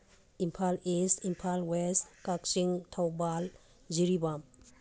Imphal east Imphal west Kakching Thoubal Jiribam